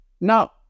Now